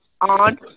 on